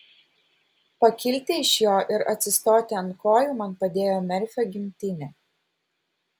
pakilti iš jo ir atsistoti ant kojų man padėjo merfio gimtinė